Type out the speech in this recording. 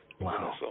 Wow